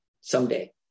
someday